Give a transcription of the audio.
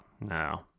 No